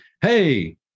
hey